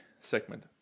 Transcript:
segment